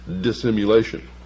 dissimulation